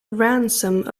ransom